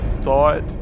thought